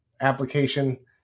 application